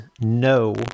no